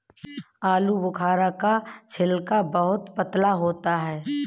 आलूबुखारा का छिलका बहुत पतला होता है